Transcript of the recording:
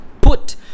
put